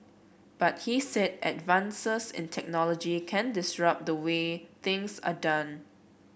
but he said advances in technology can disrupt the way things are done